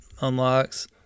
unlocks